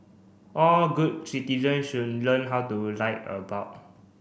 all good citizen should learn how to light a bulb